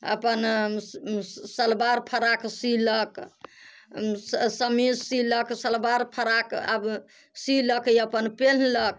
अपन सलवार फराक सीलक समीज सीलक सलवार फराक आब सीलक अपन पिनहलक